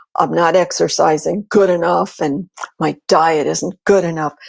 i'm not exercising good enough and my diet isn't good enough.